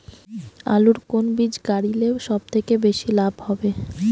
আলুর কুন বীজ গারিলে সব থাকি বেশি লাভ হবে?